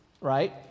right